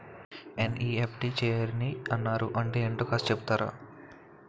NEFT చేయాలని అన్నారు అంటే ఏంటో కాస్త చెపుతారా?